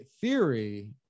theory